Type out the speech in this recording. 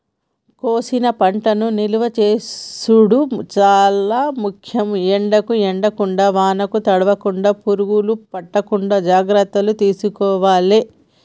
కోసిన పంటను నిలువ చేసుడు చాల ముఖ్యం, ఎండకు ఎండకుండా వానకు తడవకుండ, పురుగులు పట్టకుండా జాగ్రత్తలు తీసుకోవాలె